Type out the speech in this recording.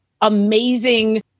amazing